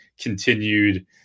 continued